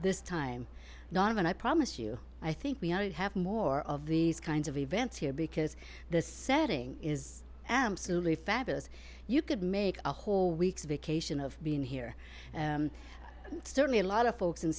this time donna i promise you i think we have more of these kinds of events here because the setting is absolutely fabulous you could make a whole weeks vacation of being here certainly a lot of folks in